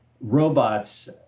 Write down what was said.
robots